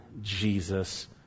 Jesus